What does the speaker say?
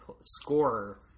scorer